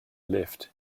lift